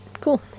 Cool